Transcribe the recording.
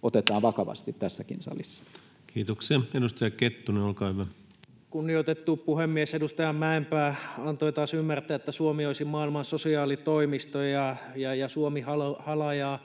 koputtaa] tässäkin salissa. Kiitoksia. — Edustaja Kettunen, olkaa hyvä. Kunnioitettu puhemies! Edustaja Mäenpää antoi taas ymmärtää, että Suomi olisi maailman sosiaalitoimisto ja että Suomi halajaa